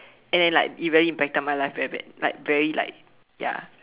and like it really impacted my life very badly like very like ya